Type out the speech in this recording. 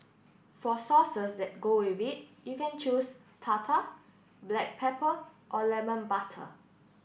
for sauces that go with it you can choose tartar black pepper or lemon butter